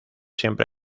siempre